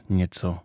nieco